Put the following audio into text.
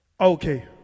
Okay